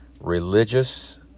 religious